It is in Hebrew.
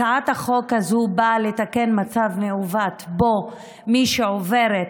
הצעת החוק הזו באה לתקן מצב מעוות שבו מי שעוברת